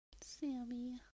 Sammy